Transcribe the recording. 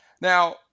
now